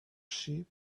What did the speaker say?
sheep